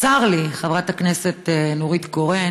צר לי, חברת הכנסת נורית קורן,